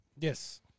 Yes